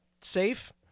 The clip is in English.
safe